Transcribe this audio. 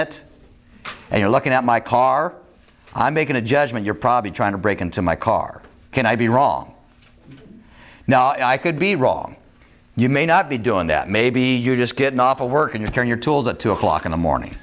it and you're looking at my car i'm making a judgment you're probably trying to break into my car can i be wrong now i could be wrong you may not be doing that maybe you're just getting off of work and your tools at two o'clock in the morning